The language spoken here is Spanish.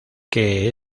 que